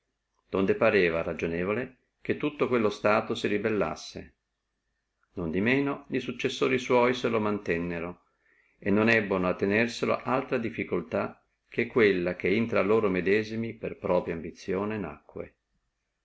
morí donde pareva ragionevole che tutto quello stato si rebellassi non di meno e successori di alessandro se lo mantennono e non ebbono a tenerlo altra difficultà che quella che infra loro medesimi per ambizione propria nacque